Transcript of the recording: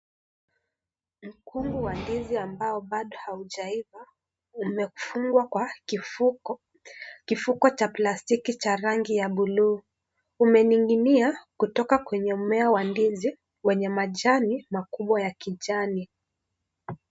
Mkungu wa ndizi ambao bado haujaiva, umefungwa kwa kifuko cha plastiki cha rangi ya buluu. Umening'inia kutoka kwenye mmea wa ndizi, wenye majani makubwa ya kijani.